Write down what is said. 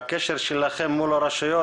הקשר שלכם מול הרשויות.